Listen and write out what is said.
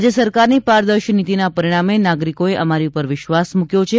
રાજ્ય સરકારની પારદર્શી નીતિના પરિણામે નાગરિકોએ અમારી પર વિશ્વાસ મૂક્યો છે